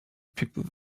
people